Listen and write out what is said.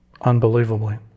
unbelievably